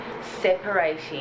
separating